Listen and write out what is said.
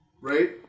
right